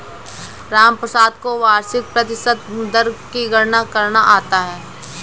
रामप्रसाद को वार्षिक प्रतिशत दर की गणना करना आता है